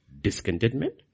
Discontentment